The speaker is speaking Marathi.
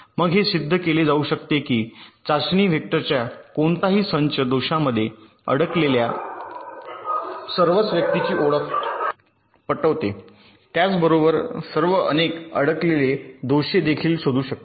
मग हे सिद्ध केले जाऊ शकते की चाचणी वेक्टरचा कोणताही संच दोषांमधे अडकलेल्या सर्व एकाच व्यक्तीची ओळख पटवते त्याच बरोबर सर्व अनेक अडकलेले दोषदेखील शोधू शकतात